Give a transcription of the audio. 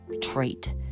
trait